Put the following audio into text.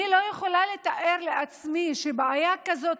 אני לא יכולה לתאר לעצמי שבעיה כזאת,